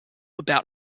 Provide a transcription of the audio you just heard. about